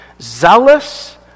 zealous